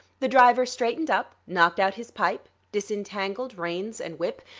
the driver straightened up, knocked out his pipe, disentangled reins and whip,